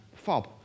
Fob